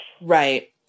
Right